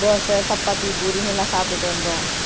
தோசை சப்பாத்தி பூரின்னு எல்லாம் சாப்பிட்டுட்டு வந்தோம்